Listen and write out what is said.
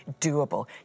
doable